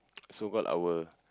so called our